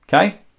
Okay